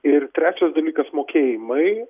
ir trečias dalykas mokėjimai